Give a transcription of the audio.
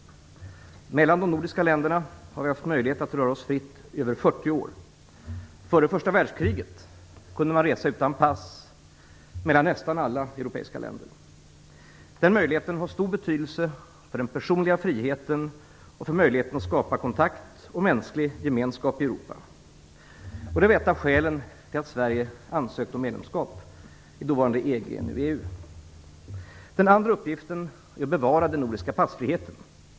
Mellan de nordiska länderna har vi haft möjlighet att röra oss fritt i över 40 år. Före första världskriget kunde man resa utan pass mellan nästan alla europeiska länder. Den möjligheten har stor betydelse för den personliga friheten och för möjligheten att skapa kontakt och mänsklig gemenskap i Europa. Det var ett av skälen till att Sverige ansökte om medlemskap i dåvarande Den andra uppgiften är att bevara den nordiska passfriheten.